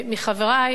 חברי,